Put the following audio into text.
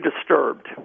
disturbed